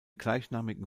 gleichnamigen